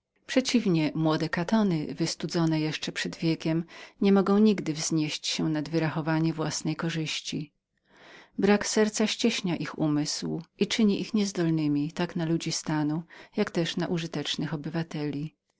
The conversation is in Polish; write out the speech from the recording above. przeciwnie młode katony wystudzone jeszcze przed wiekiem nie mogą nigdy wznieść się nad ścisłe rachunki własnej korzyści brak serca ścieśnia ich umysł i tworzy ich niezdolnymi tak na ludzi stanu jako też na użytecznych obywateli